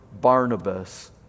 Barnabas